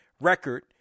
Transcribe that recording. record